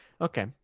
Okay